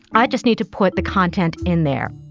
i just need to put the content in there